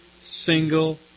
single